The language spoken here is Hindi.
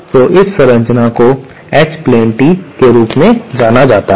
तो इस संरचना को एच प्लेन टी के रूप में जाना जाता है